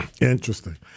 Interesting